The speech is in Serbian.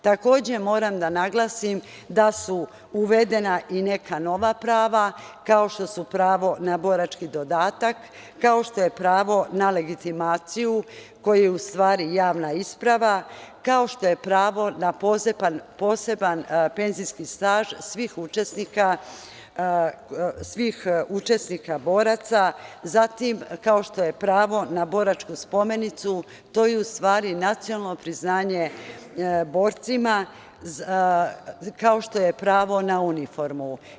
Takođe, moram da naglasim da su uvedena i neka nova prava, kao što su pravo na borački dodatak, kao što je pravo na legitimaciju, koja je u stvari javna isprava, kao što je pravo na poseban penzijski staž svih učesnika boraca, zatim kao što je pravo na boračku spomenicu, to je u stvari nacionalno priznanje borcima, kao što je pravo na uniformu.